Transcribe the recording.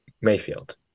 Mayfield